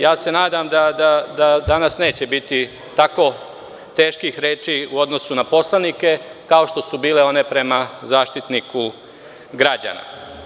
Ja se nadam da danas neće biti tako teških reči u odnosu na poslanike, kao što su bile one prema Zaštitniku građana.